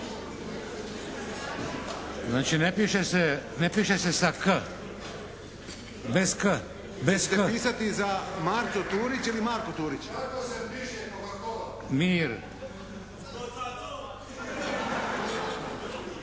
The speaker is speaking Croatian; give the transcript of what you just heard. Znači ne piše se sa "k"? …